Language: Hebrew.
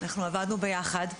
אנחנו עבדנו ביחד.